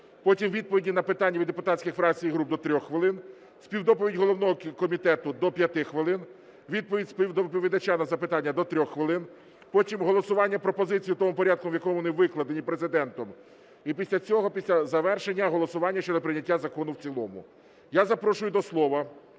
потім відповіді на питання від депутатських фракцій і груп – до 3 хвилин, співдоповідь головного комітету – до 5 хвилин, відповідь співдоповідача на запитання – до 3 хвилин. Потім голосування пропозицій в тому порядку, в якому вони викладені Президентом. І після цього, після завершення, голосування щодо прийняття закону в цілому. Я запрошую до слова